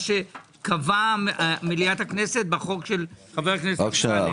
שקבעה מליאת הכנסת בחוק של חבר הכנסת אמסלם.